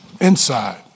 inside